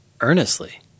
Earnestly